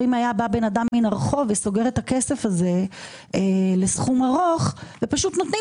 אם היה בא אדם מהרחוב וסוגר את הכסף הזה לסכום ארוך ונותנים